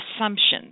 assumptions